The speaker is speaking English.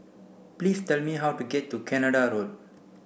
please tell me how to get to Canada Road